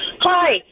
Hi